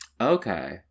Okay